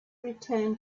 return